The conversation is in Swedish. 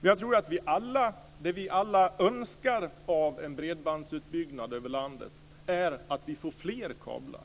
Vad jag tror att vi alla önskar av en bredbandsutbyggnad över landet är att vi får fler kablar.